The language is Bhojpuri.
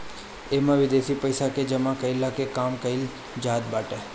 इमे विदेशी पइसा के जमा कईला के काम कईल जात बाटे